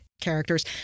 characters